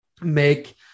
make